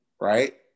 right